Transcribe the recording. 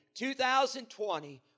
2020